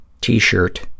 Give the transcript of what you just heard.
t-shirt